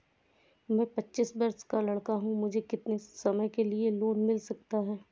मैं पच्चीस वर्ष का लड़का हूँ मुझे कितनी समय के लिए लोन मिल सकता है?